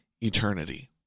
eternity